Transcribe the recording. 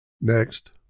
Next